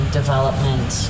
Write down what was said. development